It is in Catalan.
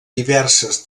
diverses